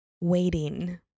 waiting